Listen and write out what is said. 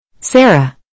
Sarah